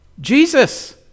Jesus